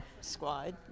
squad